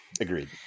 Agreed